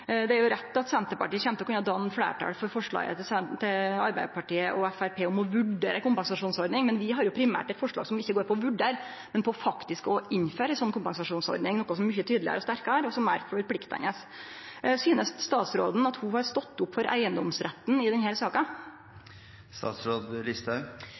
Det er rett at Senterpartiet kjem til å kunne danne fleirtal for forslaget til Arbeidarpartiet og Framstegspartiet om å vurdere ei kompensasjonsordning, men vi har jo primært eit forslag som ikkje går på å vurdere, men på faktisk å innføre ei slik kompensasjonsordning, noko som er mykje tydelegare og sterkare, og som er forpliktande. Synest statsråden at ho har stått opp for eigedomsretten i